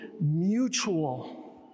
mutual